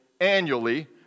annually